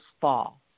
fall